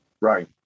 Right